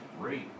great